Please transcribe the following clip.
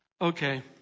okay